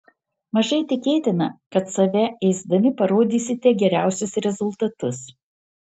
mažai tikėtina kad save ėsdami parodysite geriausius rezultatus